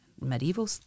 medieval